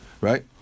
right